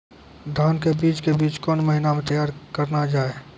धान के बीज के बीच कौन महीना मैं तैयार करना जाए?